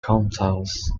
contours